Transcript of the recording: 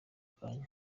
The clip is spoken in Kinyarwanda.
kanya